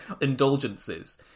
indulgences